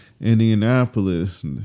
Indianapolis